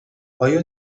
آیا